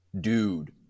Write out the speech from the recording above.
dude